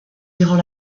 durant